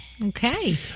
Okay